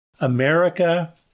America